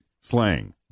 slang